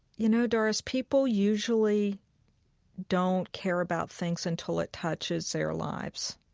you know, doris, people usually don't care about things until it touches their lives.